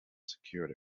secured